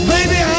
Baby